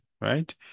right